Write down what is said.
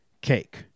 cake